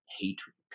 hatred